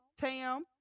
Tam